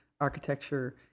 architecture